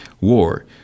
war